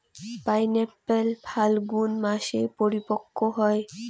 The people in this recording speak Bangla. পাইনএপ্পল ফাল্গুন মাসে পরিপক্ব হয়